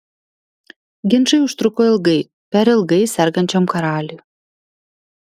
ginčai užtruko ilgai per ilgai sergančiam karaliui